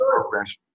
progress